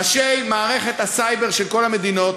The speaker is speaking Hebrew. ראשי מערכות הסייבר של כל המדינות,